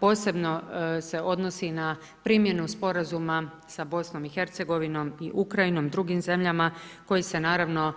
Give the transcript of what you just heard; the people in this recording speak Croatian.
Posebno se odnosi i na primjenu sporazuma sa BiH-a i Ukrajinom, drugim zemljama koje se naravno